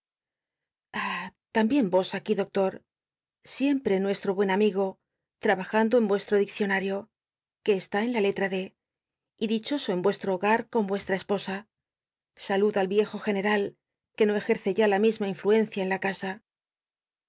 lambien vos aquí doctor siempre nuestro buen amigo trabajando en vuestro diccionario que esui en la letra d y dichoso en u csllo boga con vuestra esposa salud al viejo general que no ejerce ya la misma influencia en la casa